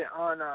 on